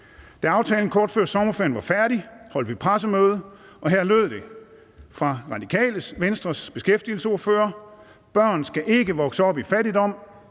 Da aftalen kort før sommerferien var færdig, holdt vi pressemøde, og her lød det fra Radikale Venstres beskæftigelsesordfører: Børn skal ikke vokse op i fattigdom,